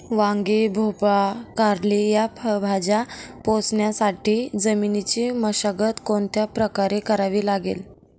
वांगी, भोपळा, कारली या फळभाज्या पोसण्यासाठी जमिनीची मशागत कोणत्या प्रकारे करावी लागेल?